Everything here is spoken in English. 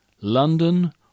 London